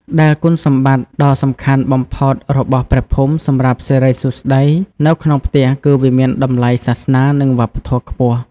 ដែលគុណសម្បត្តិដ៏សំខាន់បំផុតរបស់ព្រះភូមិសម្រាប់សិរីសួស្តីនៅក្នុងផ្ទះគឺវាមានតម្លៃសាសនា និងវប្បធម៌ខ្ពស់។